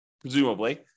presumably